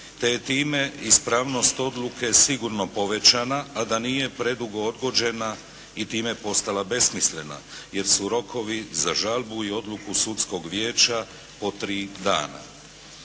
te je time ispravnost odluke sigurno povećana, a da nije predugo odgođena i time postala besmislena jer su rokovi za žalbu i odluku Sudskog vijeća o tri dana.